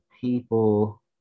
people